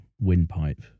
windpipe